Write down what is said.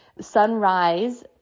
sunrise